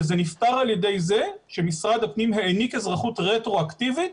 וזה נפתר על ידי זה שמשרד הפנים העניק אזרחות רטרואקטיבית